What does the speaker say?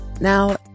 Now